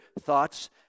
thoughts